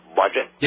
budget